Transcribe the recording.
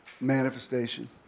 Manifestation